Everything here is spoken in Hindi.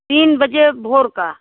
तीन बजे भोर का